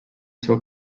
seu